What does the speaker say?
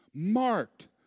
Marked